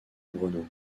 brno